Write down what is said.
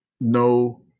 no